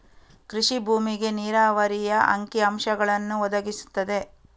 ಕೃಷಿ ಭೂಮಿಗೆ ನೀರಾವರಿಯ ಅಂಕಿ ಅಂಶಗಳನ್ನು ಒದಗಿಸುತ್ತದೆ